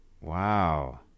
wow